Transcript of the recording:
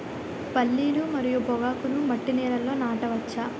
పల్లీలు మరియు పొగాకును మట్టి నేలల్లో నాట వచ్చా?